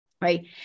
right